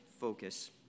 focus